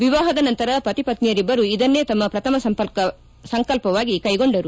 ವಿವಾಹದ ನಂತರ ಪತಿಪತ್ನಿಯರಿಬ್ದರೂ ಇದನ್ನೇ ತಮ್ಮ ಪ್ರಥಮ ಸಂಕಲ್ಕವಾಗಿ ಕೈಗೊಂಡರು